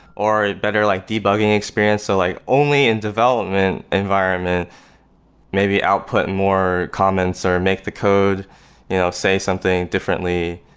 or it better like debugging experience. like only in development environment maybe output more comments, or make the code you know say something differently.